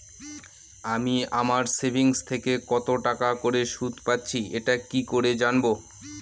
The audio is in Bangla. আমি আমার সেভিংস থেকে কতটাকা করে সুদ পাচ্ছি এটা কি করে জানব?